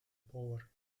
polar